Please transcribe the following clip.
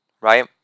right